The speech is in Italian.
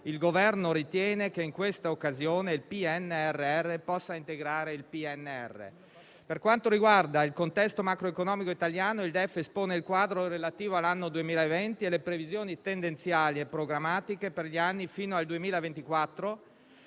il Governo ritiene che in questa occasione il PNRR possa integrare il PNR. Per quanto riguarda il contesto macroeconomico italiano, il DEF espone il quadro relativo all'anno 2020 e le previsioni tendenziali e programmatiche per gli anni fino al 2024.